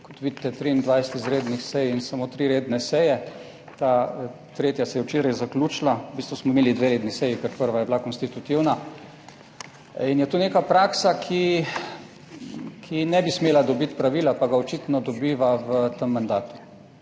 kot vidite, 23 izrednih sej in samo 3 redne seje, ta tretja se je včeraj zaključila. V bistvu smo imeli dve redni seji, ker 1. je bila konstitutivna. In je to neka praksa, ki ne bi smela dobiti pravila, pa ga očitno dobiva v tem mandatu,